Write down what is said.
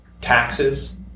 taxes